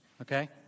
okay